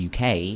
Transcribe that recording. UK